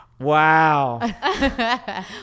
Wow